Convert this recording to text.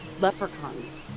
leprechauns